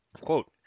quote